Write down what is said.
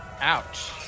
Ouch